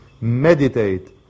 Meditate